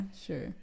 sure